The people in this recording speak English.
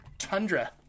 tundra